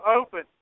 open